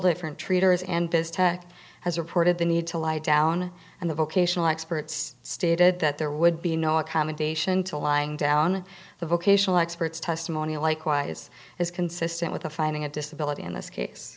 different traders and biz tech has reported the need to lie down and the vocational experts stated that there would be no accommodation to lying down the vocational experts testimony likewise is consistent with a finding a disability in this case